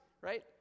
right